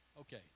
Okay